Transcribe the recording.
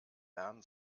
herrn